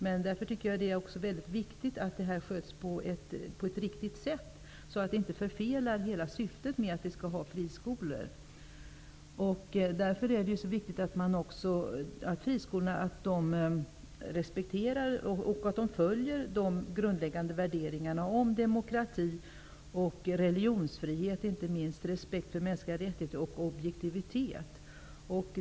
Men jag tycker att det är viktigt att dessa skolor sköts på ett riktigt sätt, så att de inte förfelar hela syftet med friskolor. Därför är det viktigt att friskolor respekterar och följer de grundläggande värderingarna om demokrati, religionsfrihet, respekt för mänskliga rättigheter och objektivitet.